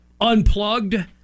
unplugged